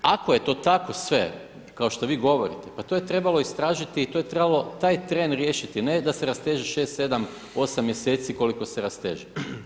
Ako je to tako sve, kao što vi govorite, pa to je trebalo istražiti, to je trebalo taj tren riješiti, ne da se rasteže 6, 7, 8 mjeseci, koliko se rasteže.